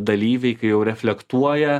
dalyviai jau reflektuoja